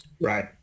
right